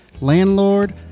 landlord